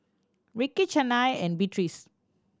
Rickey Chynna and Beatrix